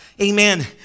amen